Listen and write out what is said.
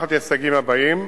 תחת הסייגים הבאים: